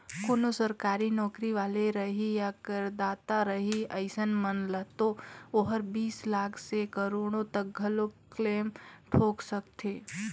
कोनो सरकारी नौकरी वाले रही या करदाता रही अइसन मन ल तो ओहर बीस लाख से करोड़ो तक घलो क्लेम ठोक सकत हे